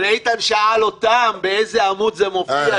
אבל איתן שאל אותם באיזה עמוד זה מופיע,